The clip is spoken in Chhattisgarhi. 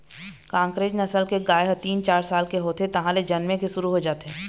कांकरेज नसल के गाय ह तीन, चार साल के होथे तहाँले जनमे के शुरू हो जाथे